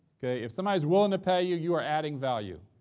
okay? if somebody's willing to pay you, you are adding value.